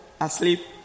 asleep